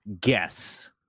guess